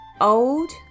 old